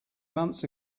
months